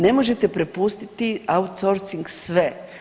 Ne možete prepustiti outsourcing sve.